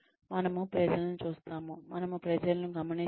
మనము ప్రజలను చూస్తాము ప్రజలను గమనిస్తాము